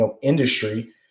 industry